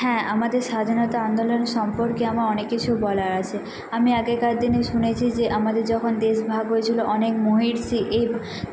হ্যাঁ আমাদের স্বাধীনতা আন্দোলন সম্পর্কে আমার অনেক কিছু বলার আছে আমি আগেকার দিনে শুনেছি যে আমাদের যখন দেশ ভাগ হয়েছিলো অনেক মহির্ষি এই